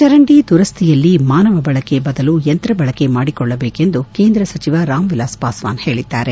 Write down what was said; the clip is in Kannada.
ಚರಂಡಿ ದುರಸ್ತಿಯಲ್ಲಿ ಮಾನವ ಬಳಕೆ ಬದಲು ಯಂತ್ರ ಬಳಕೆ ಮಾಡಿಕೊಳ್ಳಬೇಕು ಎಂದು ಕೇಂದ್ರ ಸಚಿವ ರಾಮ್ ವಿಲಾಸ್ ಪಾಸ್ಟಾನ್ ಹೇಳಿದ್ದಾರೆ